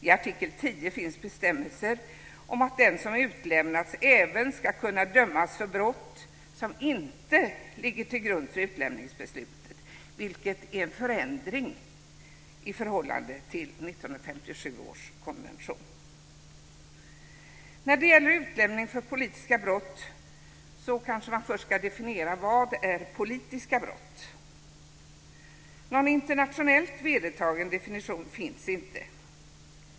I artikel 10 finns bestämmelser om att den som utlämnats även ska kunna dömas för brott som inte ligger till grund för utlämningsbeslutet, vilket är en förändring i jämförelse med 1957 års konvention. När det gäller utlämning för politiska brott måste man kanske först definiera vad politiska brott är. Någon internationellt vedertagen definition finns inte.